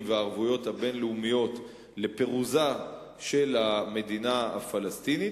והערבויות הבין-לאומיות לפירוזה של המדינה הפלסטינית,